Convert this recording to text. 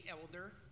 elder